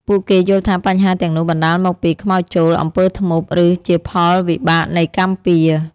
ពួកគេយល់ថាបញ្ហាទាំងនោះបណ្តាលមកពី ខ្មោចចូល អំពើធ្មប់ ឬជាផលវិបាកនៃ កម្មពៀរ។